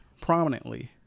prominently